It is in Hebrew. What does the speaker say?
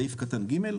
סעיף קטן ג'.